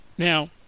Now